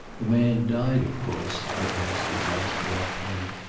the man died, of course? he asked at last, without turning.